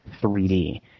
3D